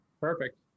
perfect